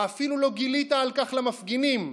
ואפילו לא גילית על כך למפגינים,